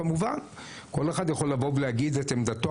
כמובן, כל אחד יכול לבוא ולהגיד את עמדתו.